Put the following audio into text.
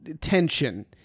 tension